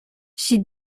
she